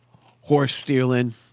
horse-stealing